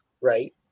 right